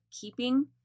keeping